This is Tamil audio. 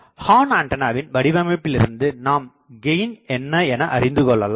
ஹார்ன் ஆண்டனாவின் வடிவமைப்பில் இருந்து நாம் கெயின் என்ன எனஅறிந்து கொள்ளலாம்